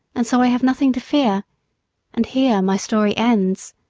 and so i have nothing to fear and here my story ends.